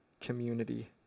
community